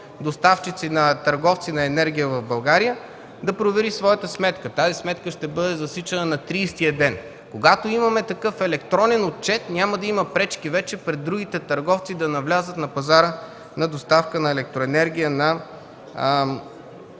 доставчици на търговци на енергия в България и да провери своята сметка. Тази сметка ще бъде засичана на 30-ия ден. Когато имаме такъв електронен отчет, няма да има пречки вече пред другите търговци да навлязат на пазара на доставка на електроенергия на битовите